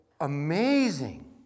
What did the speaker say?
amazing